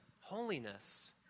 holiness